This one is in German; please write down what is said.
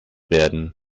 werden